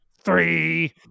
three